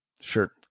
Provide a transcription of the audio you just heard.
Sure